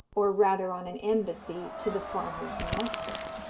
or rather on an embassy to the farmer's mastiff.